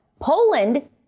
Poland